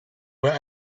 were